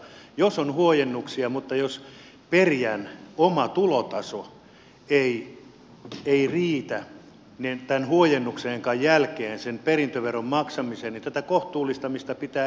jos on huojennuksia mutta jos perijän oma tulotaso ei riitä tämän huojennuksenkaan jälkeen sen perintöveron maksamiseen niin tätä kohtuullistamista pitää edelleen kehittää